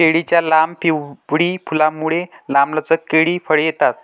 केळीच्या लांब, पिवळी फुलांमुळे, लांबलचक केळी फळे येतात